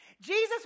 Jesus